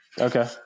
Okay